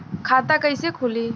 खाता कइसे खुली?